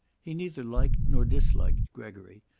he neither liked nor disliked gregory,